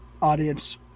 Audience